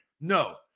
No